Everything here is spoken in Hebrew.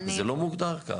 זה לא מוגדר ככה.